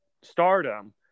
stardom